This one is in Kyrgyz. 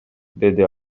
деди